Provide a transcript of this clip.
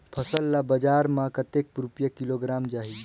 फसल ला बजार मां कतेक रुपिया किलोग्राम जाही?